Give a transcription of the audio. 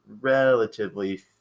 relatively